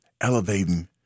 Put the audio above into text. elevating